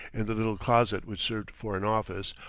in the little closet which served for an office,